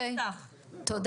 תודה.